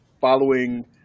following